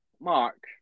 Mark